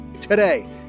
today